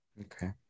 okay